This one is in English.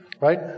Right